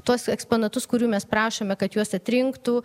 tuos eksponatus kurių mes prašome kad juos atrinktų